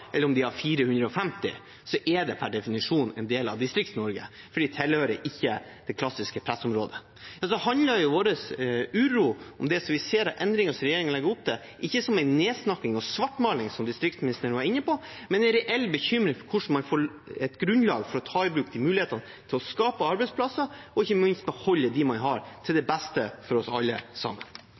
eller på 450, er de per definisjon en del av Distrikts-Norge, for de tilhører ikke det klassiske pressområdet. Vår uro handler om det vi ser av endringer som regjeringen legger opp til, ikke som en nedsnakking og svartmaling, slik distriktsministeren var inne på, men en reell bekymring for hvordan man får et grunnlag for å ta i bruk mulighetene til å skape arbeidsplasser og ikke minst beholde dem man har, til det beste for oss alle sammen.